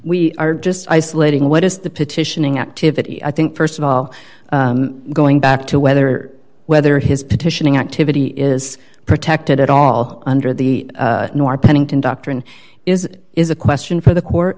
we are just isolating what is the petitioning activity i think st of all going back to whether whether his petitioning activity is protected at all under the nor pennington doctrine is is a question for the court